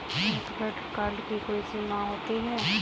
क्या credit card की कोई समय सीमा होती है?